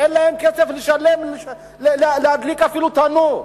אין להם כסף להדליק אפילו תנור.